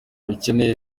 rukeneye